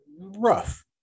rough